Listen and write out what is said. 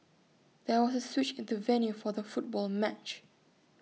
there was A switch in the venue for the football match